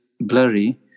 blurry